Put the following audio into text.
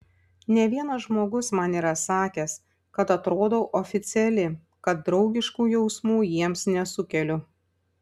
ne vienas žmogus man yra sakęs kad atrodau oficiali kad draugiškų jausmų jiems nesukeliu